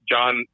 John